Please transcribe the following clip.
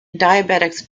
diabetics